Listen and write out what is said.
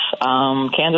Kansas